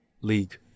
league